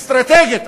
האסטרטגית,